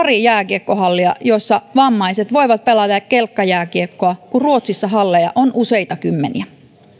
pari jääkiekkohallia joissa vammaiset voivat pelata kelkkajääkiekkoa kun ruotsissa halleja on useita kymmeniä